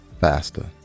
faster